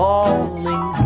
Falling